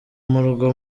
murwa